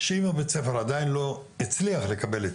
שאם בית הספר עדיין לא הצליח לקבל,